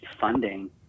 funding